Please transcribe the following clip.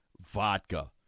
vodka